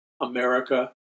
America